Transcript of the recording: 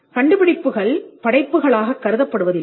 கண்டுபிடிப்புகள் படைப்புகளாகக் கருதப்படுவதில்லை